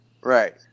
Right